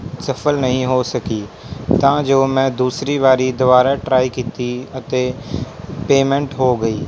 ਸਫ਼ਲ ਨਹੀਂ ਹੋ ਸਕੀ ਤਾਂ ਜੋ ਮੈਂ ਦੂਸਰੀ ਵਾਰੀ ਦੁਬਾਰਾ ਟਰਾਈ ਕੀਤੀ ਅਤੇ ਪੇਮੈਂਟ ਹੋ ਗਈ